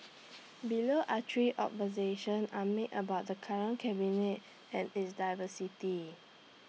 below are three observation are made about the current cabinet and its diversity